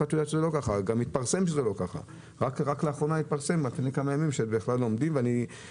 רק לאחרונה התפרסם שאין עמידה ביעדים